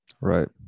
right